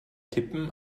tippen